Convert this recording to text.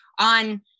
on